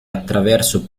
attraverso